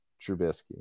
Trubisky